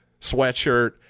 sweatshirt